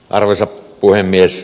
arvoisa puhemies